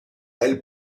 elle